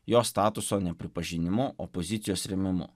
jo statuso nepripažinimu opozicijos rėmimu